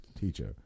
teacher